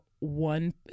One